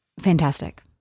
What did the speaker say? Fantastic